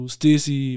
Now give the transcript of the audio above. Stacy